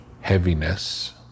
heaviness